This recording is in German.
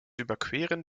überqueren